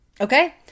Okay